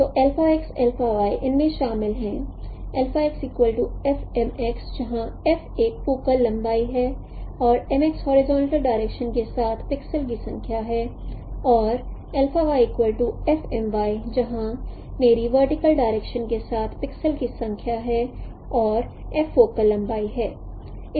तो इसमें शामिल हैं जहां एक फोकल लंबाई है और होरिजेंटल डायरेक्शन के साथ पिक्सल की संख्या है और जहां मेरी वर्टिकल डायरेक्शन के साथ पिक्सल की एक संख्या है और फोकल लंबाई है